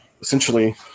Essentially